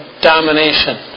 domination